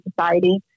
society